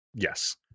yes